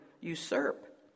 usurp